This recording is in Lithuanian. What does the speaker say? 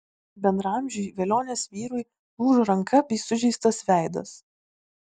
bendraamžiui velionės vyrui lūžo ranka bei sužeistas veidas